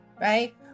right